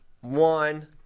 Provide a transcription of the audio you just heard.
One